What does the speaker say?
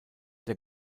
der